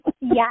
Yes